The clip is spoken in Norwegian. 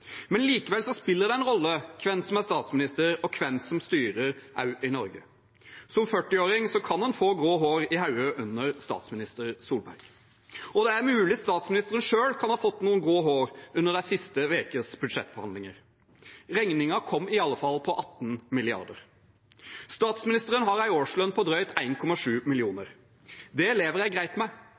Likevel spiller det en rolle hvem som er statsminister, og hvem som styrer, også i Norge. Som 40-åring kan en få grå hår i hodet under statsminister Solberg – og det er mulig statsministeren selv kan ha fått noen grå hår under de siste ukers budsjettbehandlinger. Regningen kom i alle fall på 18 mrd. kr. Statsministeren har en årslønn på drøyt 1,7 mill. kr. Det lever jeg greit med.